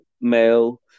male